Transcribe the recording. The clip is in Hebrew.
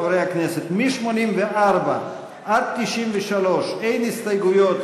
חברי הכנסת: מ-84 עד 93 אין הסתייגויות,